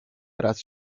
raz